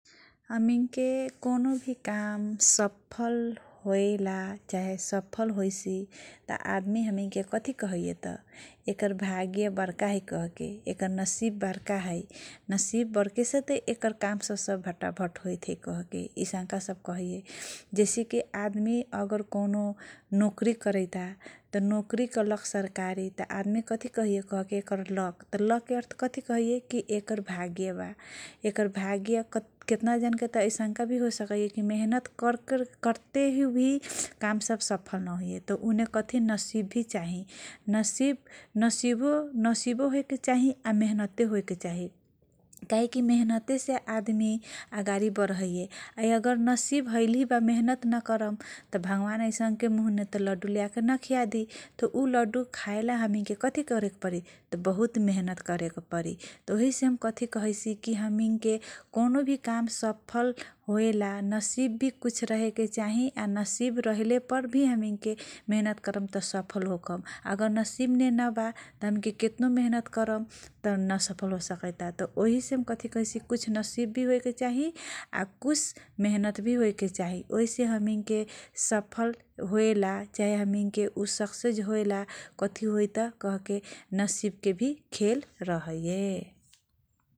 हमिनके कौनो भी काम सफल होयैला चाहे सफल होइसी तँ आदमी, हनिके कथी कहैये तँ, एकर भाग्य बर्का है । एकर नसीब बर्का है । नसीब बर्कासे तँ, एकर काम फटाफट होइसै कहके ऐसनका सब कहैये । जैसे कि आदमी अगर कौनो नोकरी करैत्ता, नोकरी कल तँ सकरकारी लोग सब कथी कहैये तँ, ऐकर लक है । लक के अर्थ कथी है तँ, ऐकर भाग्य बा, केतना जन के तँ मेहन्नत करतेही भी, काम सब सफल नहोइये तँ । उहे कथी तँ । नसीब चाही, नसीबो होयेके चाही न । मेम्मत्तो होके चाही । काहे कि मेहन्नत से आदमी अगाडी बरेये । अगर नसीब देलेही बा तँ, मेहन्नत नकरम तँ, भगवान ऐसनके मुहमे तँ लडु ल्या के, न न खियादि । उ ज्याएला त हमिन कथी करेके परी तँ, बहुत मेहन्नत करेके परी । उही से हम कथी कहैसी कि हमिनके कौनो भी काम, सफल होएला, नसीब भी कुस रहेके चाही । नसीब नरहलेपर मेहन्नत करम तँ सफल होखम् । अगर नसीबने नबा, हमीनके, केतनो मेहनत करम, न सफल होसकइताबा । आइसे हम कथी कहैसी नसीब भी होयेके चाही, कुस मेहन्न भी होयेके चाही । वही से हमिनके मेहन्नत होएके चाही चाहे सक्सेस होएला, मेहनत होयेके चाही ।